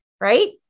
Right